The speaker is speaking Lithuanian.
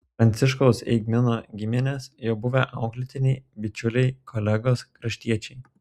pranciškaus eigmino giminės jo buvę auklėtiniai bičiuliai kolegos kraštiečiai